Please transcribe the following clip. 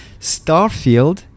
Starfield